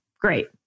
Great